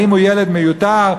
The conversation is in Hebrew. האם הוא ילד מיותר?